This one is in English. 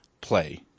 play